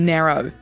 Narrow